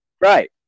Right